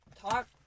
talk